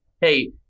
hey